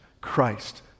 Christ